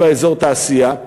יש בה אזור תעשייה,